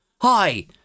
Hi